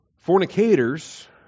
fornicators